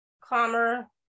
calmer